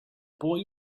boy